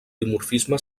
dimorfisme